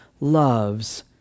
loves